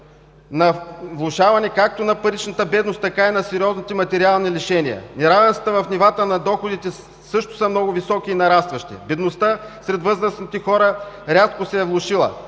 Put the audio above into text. на влошаване както на паричната бедност, така и на сериозните материални лишения. Неравенствата в нивата на доходите също са много високи и нарастващи. Бедността сред възрастните хора рязко се е влошила.